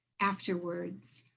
after words